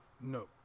no